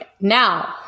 now